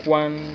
one